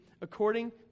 according